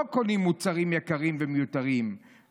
לא קונים מוצרים יקרים ומיותרים,